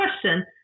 question